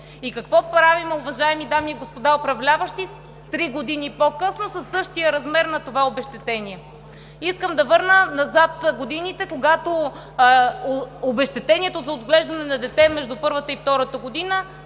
И какво правим, уважаеми дами и господа управляващи, три години по-късно със същия размер на това обезщетение? Искам да върна назад годините, когато обезщетението за отглеждане на дете между първата и втората година